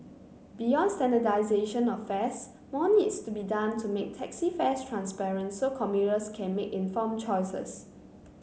beyond standardisation of fares more needs to be done to make taxi fares transparent so commuters can make informed choices